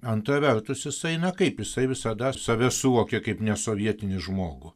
antra vertusi jisai na kaip jisai visada save suvokė kaip nesovietinį žmogų